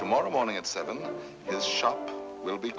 tomorrow morning at seven his shop will be